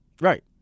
Right